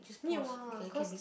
need what cause